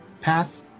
path